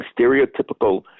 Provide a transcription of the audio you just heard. stereotypical